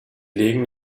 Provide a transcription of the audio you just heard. legen